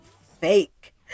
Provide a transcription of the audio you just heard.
fake